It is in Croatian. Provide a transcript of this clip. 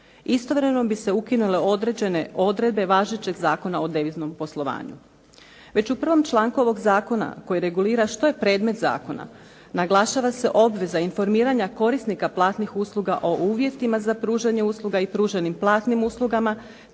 Istovremeno bi se ukinule određene odredbe važećeg Zakona o deviznom poslovanju. Već u 1. članku ovog zakona koji regulira što je predmet zakona naglašava se obveza informiranja korisnika platnih usluga o uvjetima za pružanje usluga i pruženim platnim uslugama